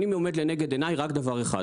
עומד לנגד עיניי רק דבר אחד,